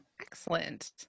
Excellent